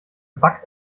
backt